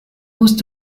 musst